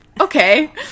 okay